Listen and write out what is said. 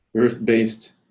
earth-based